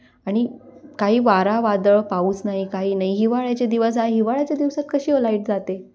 आणि काही वारा वादळ पाऊस नाही काही नाही हिवाळ्याचे दिवस आहे हिवाळ्याच्या दिवसात कशी ओ लाईट जाते